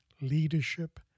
leadership